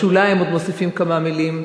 בשוליים, עוד מוסיפים כמה מילים,